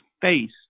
face